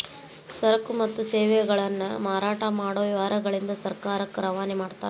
ಸರಕು ಮತ್ತು ಸೇವೆಗಳನ್ನ ಮಾರಾಟ ಮಾಡೊ ವ್ಯವಹಾರಗಳಿಂದ ಸರ್ಕಾರಕ್ಕ ರವಾನೆ ಮಾಡ್ತಾರ